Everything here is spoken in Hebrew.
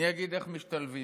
אני אגיד איך משתלבים.